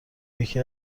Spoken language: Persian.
یکی